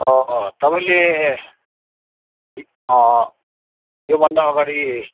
तपाईँले योभन्दा अगाडि